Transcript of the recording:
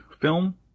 film